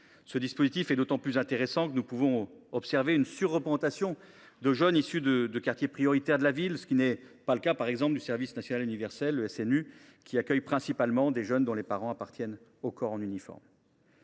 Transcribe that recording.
Ce dispositif est d’autant plus intéressant que nous pouvons y observer une surreprésentation des jeunes issus des quartiers prioritaires de la ville, ce qui n’est pas le cas, par exemple, du service national universel, qui accueille principalement des jeunes dont les parents appartiennent aux corps en uniforme.